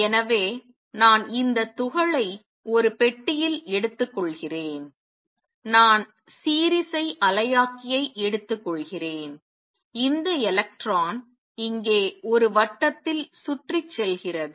எனவே நான் இந்த துகளை ஒரு பெட்டியில் எடுத்துக்கொள்கிறேன் நான் சீரிசை அலையாக்கியை எடுத்துக்கொள்கிறேன் இந்த எலக்ட்ரான் இங்கே ஒரு வட்டத்தில் சுற்றிச்செல்கிறது